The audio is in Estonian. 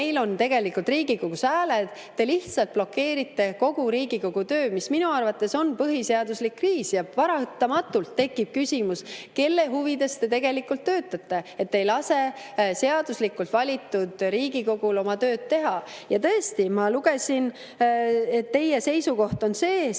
meil on tegelikult Riigikogus hääled. Te lihtsalt blokeerite kogu Riigikogu töö, mis minu arvates on põhiseaduslik kriis. Paratamatult tekib küsimus, kelle huvides te tegelikult töötate, et te ei lase seaduslikult valitud Riigikogul oma tööd teha. Ja tõesti, ma lugesin, et teie seisukoht on see: seame